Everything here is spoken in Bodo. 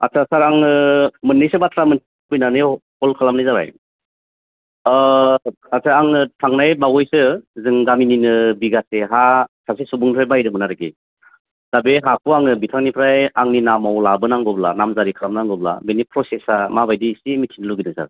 आतसा सार आङो मोननैसो बाथ्रा मोनथिनो लुबैनानैयाव कल खालामनाय जाबाय अह आतसा आंनो थांनाय बावैसो जों गामिनिनो बिघासे हा सासे सुबुंनिफ्राय बायदोंमोन आरिखि दा बे हाखौ आङो बिथांनिफ्राय आंनि नामआव लाबोनांगौब्ला नाम जारि खालामनांगौब्ला बेनि प्रसेसआ माबायदि एसे मिथिनो लुबैदों सार